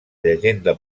llegenda